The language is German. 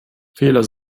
fehler